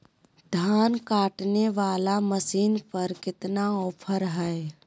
धान काटने वाला मसीन पर कितना ऑफर हाय?